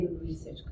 research